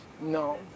no